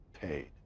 paid